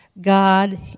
God